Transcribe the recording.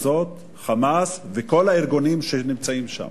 הזאת זה "חמאס" וכל הארגונים שנמצאים שם.